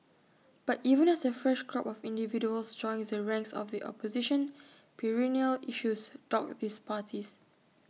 but even as A fresh crop of individuals joins the ranks of the opposition perennial issues dog these parties